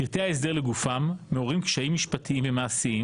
פרטי ההסדר לגופם מעוררים קשיים משפטיים ומעשיים